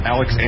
Alex